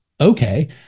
okay